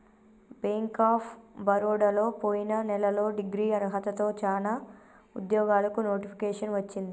bank of బరోడలో పొయిన నెలలో డిగ్రీ అర్హతతో చానా ఉద్యోగాలకు నోటిఫికేషన్ వచ్చింది